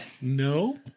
No